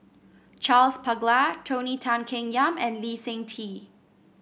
Charles Paglar Tony Tan Keng Yam and Lee Seng Tee